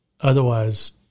otherwise